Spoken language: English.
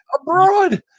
abroad